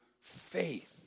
faith